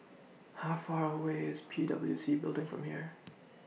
How Far away IS P W C Building from here